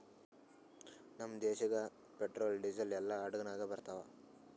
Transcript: ನಮ್ದು ದೇಶಾಗ್ petrol, diesel ಎಲ್ಲಾ ಹಡುಗ್ ನಾಗೆ ಬರ್ತಾವ್